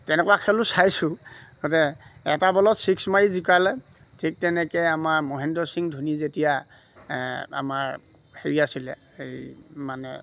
তেনেকুৱা খেলো চাইছোঁ এটা বলত ছিক্স মাৰি জিকালে ঠিক তেনেকে আমাৰ মহেন্দ্ৰ সিং ধোনী যেতিয়া আমাৰ হেৰি আছিলে এই মানে